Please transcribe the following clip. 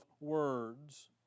words